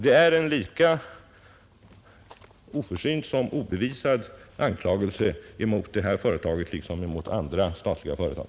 Det är en lika oförsynt som obevisad anklagelse mot detta företag som mot andra statliga företag.